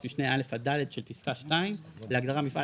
משנה (א) עד (ד) של פסקה (2) להגדרה "מפעל